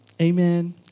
Amen